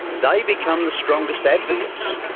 they become the strongest advocates.